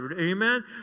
amen